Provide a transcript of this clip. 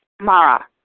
mara